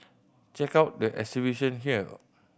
check out the exhibition here